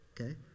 Okay